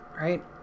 right